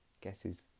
guesses